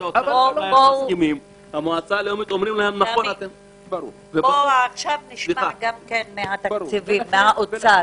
המועצה הלאומית- - בואו נשמע מהאוצר.